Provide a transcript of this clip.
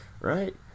right